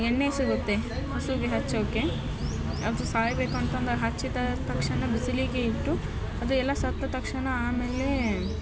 ಎಣ್ಣೆ ಸಿಗುತ್ತೆ ಹಸುಗೆ ಹಚ್ಚೋಕ್ಕೆ ಅದು ಸಾಯಬೇಕು ಅಂತೊಂದು ಹಚ್ಚಿದ ತಕ್ಷಣ ಬಿಸಿಲಿಗೆ ಇಟ್ಟು ಅದು ಎಲ್ಲ ಸತ್ತ ತಕ್ಷಣ ಆಮೇಲೆ